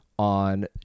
on